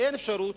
אין אפשרות